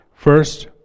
First